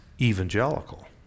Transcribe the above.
evangelical